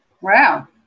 wow